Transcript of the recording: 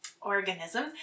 organism